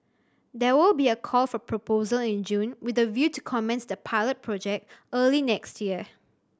there will be a call for proposal in June with a view to commence the pilot project early next year